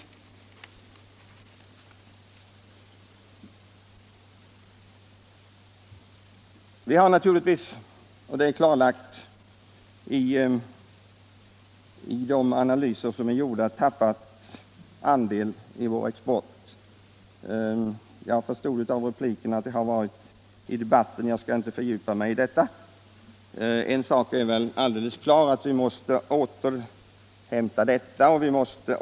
Naturligtvis har vi — det är klarlagt i de analyser som gjorts — tappat något av vår tidigare andel av exporten. Det har framgått också av repliker i denna debatt. Jag skall inte fördjupa mig i det resonemanget. Men den förlorade andelen måste vi självfallet återhämta och även öka ex porten.